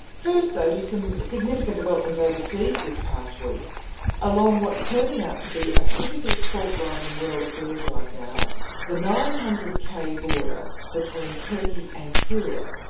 first to some significant developments overseas this past week along what's turning out to be a critical fault line in world affairs right now the nine hundred k border between turkey and syria.